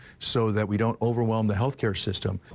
so that we don't overwhelm the health care system.